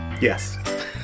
yes